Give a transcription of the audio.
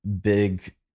big